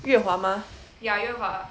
yue hua mah